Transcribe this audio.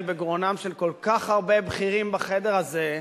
בגרונם של כל כך הרבה בכירים בחדר הזה,